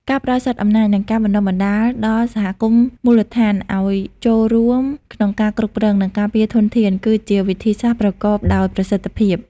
ការផ្តល់សិទ្ធិអំណាច និងការបណ្តុះបណ្តាលដល់សហគមន៍មូលដ្ឋានឱ្យចូលរួមក្នុងការគ្រប់គ្រង និងការពារធនធាន គឺជាវិធីសាស្ត្រប្រកបដោយប្រសិទ្ធភាព។